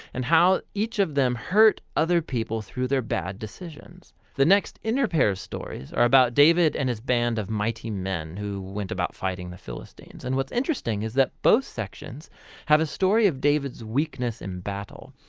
and how each of them hurt other people through their bad decisions. the next inner pair of stories are about david and his band of mighty men, who went about fighting the philistines and what's interesting is that both sections have a story of david's weakness in battle,